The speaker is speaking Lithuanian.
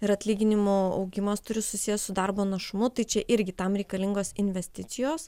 ir atlyginimo augimas turi susijęs su darbo našumu tai čia irgi tam reikalingos investicijos